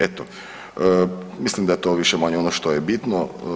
Eto, mislim da je to više-manje ono što je bitno.